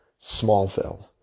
Smallville